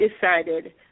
decided